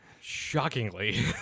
shockingly